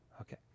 Okay